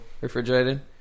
Refrigerated